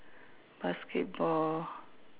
basketball